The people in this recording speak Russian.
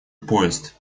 поезд